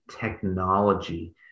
technology